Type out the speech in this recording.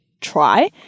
try